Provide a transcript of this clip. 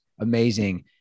amazing